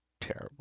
terrible